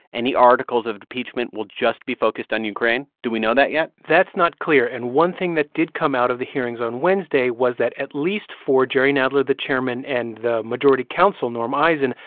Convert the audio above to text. any articles of impeachment will just be focused on ukraine? do we know that yet? that's not clear. and one thing that did come out of the hearings on wednesday was that, at least for jerry nadler, the chairman, and the majority counsel, norm eisen,